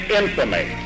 infamy